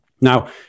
Now